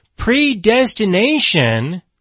predestination